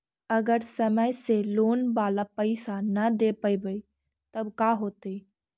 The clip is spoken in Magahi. अगर समय से लोन बाला पैसा न दे पईबै तब का होतै?